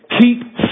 keep